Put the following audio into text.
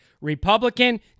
Republican